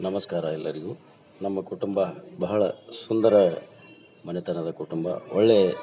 ನಮಸ್ಕಾರ ಎಲ್ಲರಿಗೂ ನಮ್ಮ ಕುಟುಂಬ ಬಹಳ ಸುಂದರ ಮನೆತನದ ಕುಟುಂಬ ಒಳ್ಳೆಯ